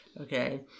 Okay